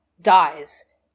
dies